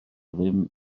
ddim